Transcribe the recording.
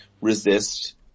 resist